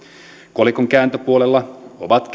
kolikon kääntöpuolella ovat